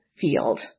field